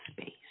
space